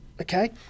okay